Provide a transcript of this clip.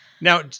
now